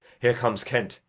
here comes kent.